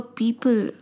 people